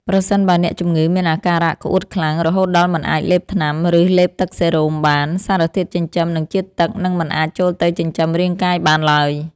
ប្រសិនបើអ្នកជំងឺមានអាការៈក្អួតខ្លាំង រហូតដល់មិនអាចលេបថ្នាំ ឬលេបទឹកសេរ៉ូមបាន សារធាតុចិញ្ចឹម និងជាតិទឹកនឹងមិនអាចចូលទៅចិញ្ចឹមរាងកាយបានឡើយ។